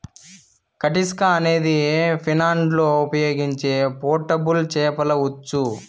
కటిస్కా అనేది ఫిన్లాండ్లో ఉపయోగించే పోర్టబుల్ చేపల ఉచ్చు